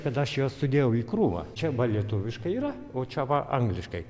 kad aš juos sudėjau į krūvą čia lietuviškai yra o čia va angliškai